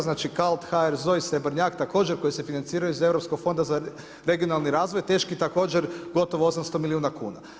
Znači Kalthajer, Zojs, … također koji se financiraju iz Europskog fonda za regionalni razvoj teški također gotovo 800 milijuna kuna.